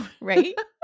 Right